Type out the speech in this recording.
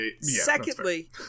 secondly